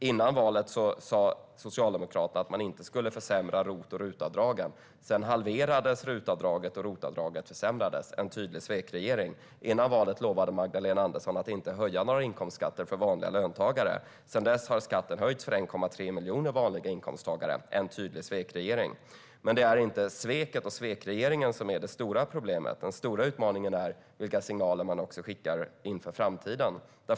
Före valet sa Socialdemokraterna att man inte skulle försämra RUT och ROT-avdragen. Sedan halverades RUT-avdraget och ROT-avdraget försämrades - en tydlig svekregering. Före valet lovade Magdalena Andersson att inte höja några inkomstskatter för vanliga löntagare. Sedan dess har skatterna höjts för 1,3 miljoner vanliga inkomsttagare - en tydlig svekregering. Men det är inte sveket och svekregeringen som är det stora problemet. Den stora utmaningen är vilka signaler man skickar inför framtiden.